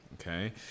okay